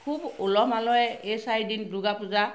খুব উলহ মালহৰে এই চাৰিদিন পূজা